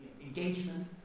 engagement